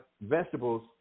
vegetables